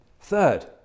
Third